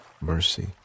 mercy